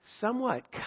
somewhat